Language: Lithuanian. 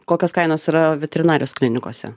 kokios kainos yra veterinarijos klinikose